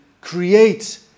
create